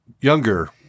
younger